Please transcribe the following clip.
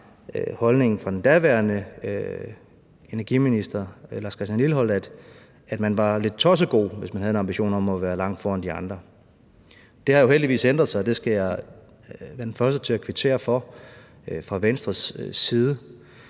daværende energiminister, hr. Lars Christian Lilleholt, at man var lidt tossegod, hvis man havde en ambition om at være langt foran de andre. Det har jo heldigvis ændret sig – det skal jeg være den første til at kvittere for – fra Venstres side.